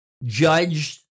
judged